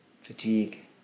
fatigue